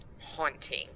haunting